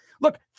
Look